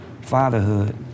Fatherhood